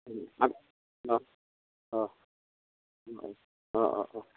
অঁ অঁ অঁ অঁ অঁ